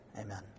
Amen